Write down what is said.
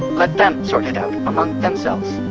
let them sort it out among themselves.